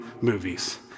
movies